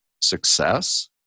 success